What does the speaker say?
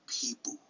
people